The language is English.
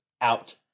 out